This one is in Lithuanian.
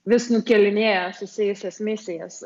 vis nukėlinėja susijusias misijas